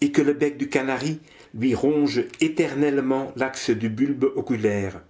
et que le bec du canari lui ronge éternellement l'axe du bulbe oculaire